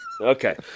Okay